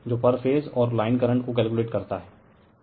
जो पर फेज और लाइन करंट को कैलकुलेट करता हैं